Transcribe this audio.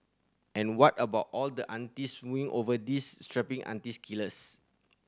and what about all the aunties swooning over these strapping auntie killers